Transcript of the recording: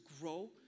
grow